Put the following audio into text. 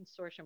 Consortium